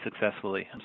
successfully